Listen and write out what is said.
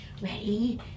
Ready